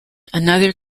another